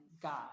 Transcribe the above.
God